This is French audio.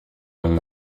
l’on